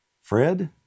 Fred